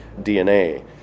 DNA